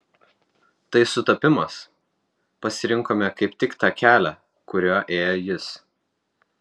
tai sutapimas pasirinkome kaip tik tą kelią kuriuo ėjo jis